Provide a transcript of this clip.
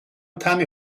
طعم